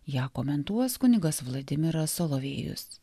ją komentuos kunigas vladimiras solovėjus